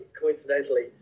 coincidentally